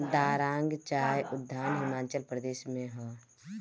दारांग चाय उद्यान हिमाचल प्रदेश में हअ